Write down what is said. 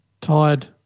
Tired